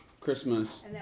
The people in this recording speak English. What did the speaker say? Christmas